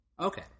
Okay